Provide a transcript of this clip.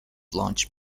launched